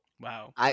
Wow